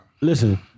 Listen